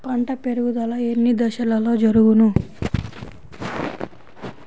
పంట పెరుగుదల ఎన్ని దశలలో జరుగును?